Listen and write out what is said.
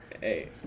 Hey